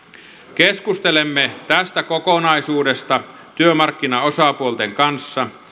keskustelemme tästä kokonaisuudesta työmarkkinaosapuolten kanssa